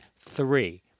three